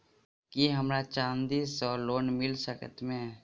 की हमरा चांदी सअ लोन मिल सकैत मे?